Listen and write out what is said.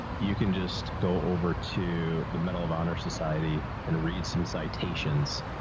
you can just go over to the medal of honor society and read some citations.